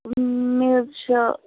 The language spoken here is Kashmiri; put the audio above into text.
مےٚ حظ چھُ